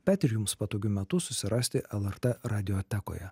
bet ir jums patogiu metu susirasti lrt radiotekoje